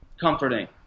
comforting